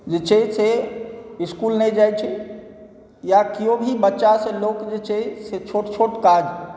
जे छथि से स्कूल नहि जाइ छै या किओ भी बच्चासँ लऽकऽ छोट छोट काज